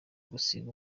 gusiga